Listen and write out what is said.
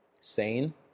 sane